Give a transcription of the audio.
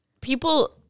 people